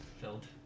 filled